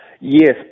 Yes